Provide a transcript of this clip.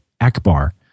Akbar